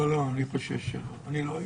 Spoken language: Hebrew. לצערי אני רואה שמה שאז